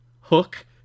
hook